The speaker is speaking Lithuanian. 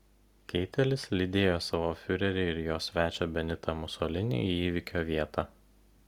keitelis lydėjo savo fiurerį ir jo svečią benitą musolinį į įvykio vietą